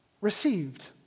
received